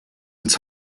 its